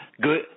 good